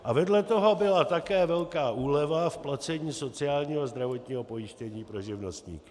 A vedle toho byla také velká úleva v placení sociálního a zdravotního pojištění pro živnostníky.